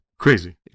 Crazy